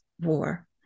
war